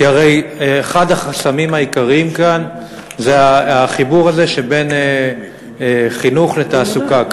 כי הרי אחד החסמים העיקריים כאן זה החיבור הזה שבין חינוך לתעסוקה.